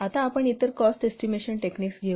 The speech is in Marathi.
आता आपण इतर कॉस्ट एस्टिमेशन टेकनिक्स घेऊ